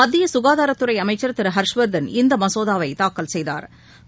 மத்தியசுகாதாரத்துறைஅமைச்சா் திருஹா்ஷ்வா்தன் இந்தமசோதாவைதாக்கல் செய்தாா்